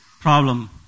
problem